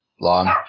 long